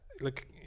look